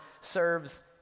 serves